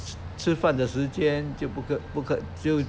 吃饭的时间就不可不可